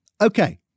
Okay